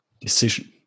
decision